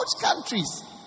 countries